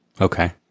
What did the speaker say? Okay